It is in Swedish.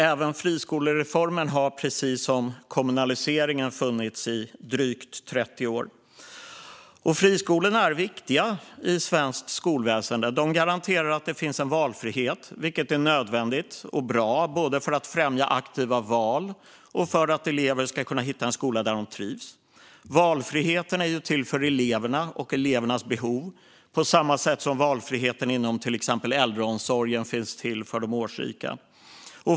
Även friskolereformen har, precis som kommunaliseringen, funnits i drygt 30 år. Friskolorna är viktiga i svenskt skolväsen. De garanterar att det finns en valfrihet, vilket är nödvändigt och bra för att främja aktiva val och för att elever ska hitta en skola där de trivs. Valfriheten är till för eleverna och elevernas behov, på samma sätt som valfriheten inom till exempel äldreomsorgen finns för de årsrika.